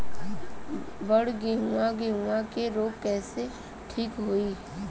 बड गेहूँवा गेहूँवा क रोग कईसे ठीक होई?